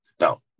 Now